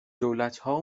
دولتها